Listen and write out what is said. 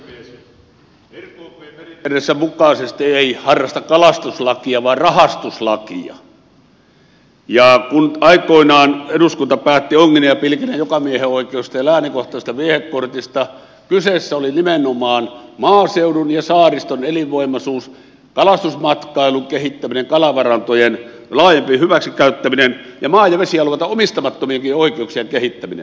rkp esityksensä mukaisesti ei harrasta kalastuslakia vaan rahastuslakia ja kun aikoinaan eduskunta päätti onginnan ja pilkinnän jokamiehenoikeudesta ja läänikohtaisesta viehekortista kyseessä oli nimenomaan maaseudun ja saariston elinvoimaisuus kalastusmatkailun kehittäminen kalavarantojen laajempi hyväksi käyttäminen ja maa ja vesialueita omistamattomienkin oikeuksien kehittäminen